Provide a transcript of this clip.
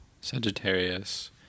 Sagittarius